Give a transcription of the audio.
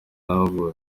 ahavuye